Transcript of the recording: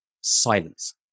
Silence